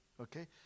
okay